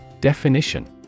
Definition